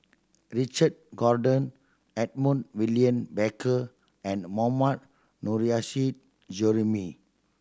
Richard Corridon Edmund William Barker and Mohammad Nurrasyid Juraimi